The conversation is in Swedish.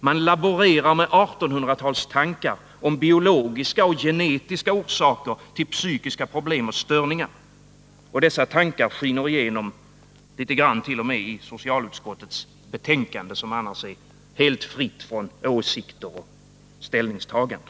Man laborerar med 12 november 1980 1800-talstankar om biologiska och genetiska orsaker till psykiska problem och störningar. Och dessa tankar skiner igenom litet grand t.o.m. i socialutskottets betänkande, som annars är helt fritt från åsikter och ställningstaganden.